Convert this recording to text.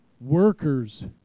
Workers